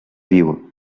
viu